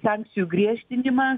sankcijų griežtinimą